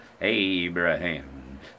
Abraham